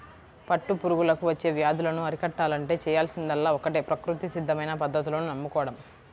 పట్టు పురుగులకు వచ్చే వ్యాధులను అరికట్టాలంటే చేయాల్సిందల్లా ఒక్కటే ప్రకృతి సిద్ధమైన పద్ధతులను నమ్ముకోడం